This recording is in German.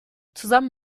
zusammen